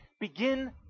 Begin